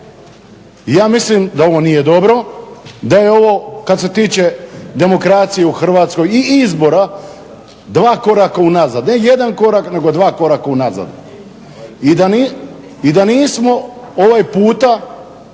Ja mislim da ovo nije dobro, da je ovo kada se tiče demokracije u Hrvatskoj i izbora dva koraka unazad, ne jedan korak nego dva koraka unazad i da nismo ovaj puta